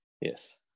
Yes